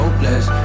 Hopeless